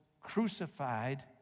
crucified